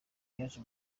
yaje